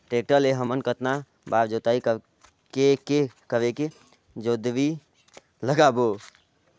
Tractor ले हमन कतना बार जोताई करेके जोंदरी लगाबो?